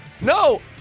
No